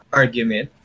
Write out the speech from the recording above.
argument